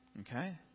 okay